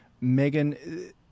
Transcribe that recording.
Megan